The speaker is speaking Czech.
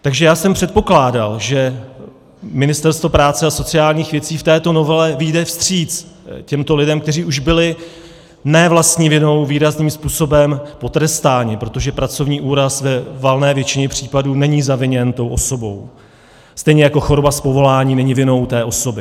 Takže já jsem předpokládal, že Ministerstvo práce a sociálních věcí v této novele vyjde vstříc těmto lidem, kteří už byli ne vlastní vinou výrazným způsobem potrestáni, protože pracovní úraz ve valné většině případů není zaviněn tou osobou, stejně jako choroba z povolání není vinou té osoby.